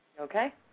Okay